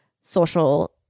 social